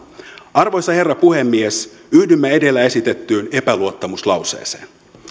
arvoisa herra puhemies yhdymme edellä esitettyyn epäluottamuslauseeseen